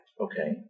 Okay